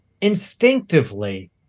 instinctively